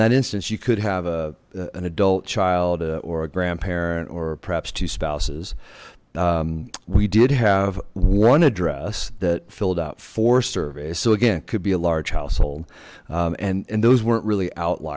that instance you could have a an adult child or a grandparent or perhaps two spouses we did have one address that filled out four surveys so again could be a large household and and those weren't really outl